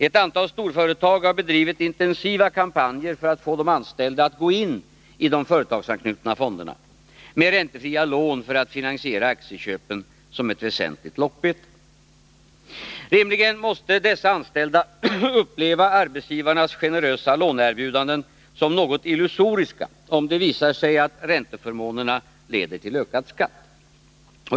Ett antal storföretag har bedrivit intensiva kampanjer för att få de anställda att gå in i de företagsanknutna fonderna med räntefria lån för att finansiera aktieköpen som ett väsentligt lockbete. Rimligen måste dessa anställda uppleva arbetsgivarnas generösa låneerbjudanden som något illusoriska, om det visar sig att ränteförmånerna leder till ökad skatt.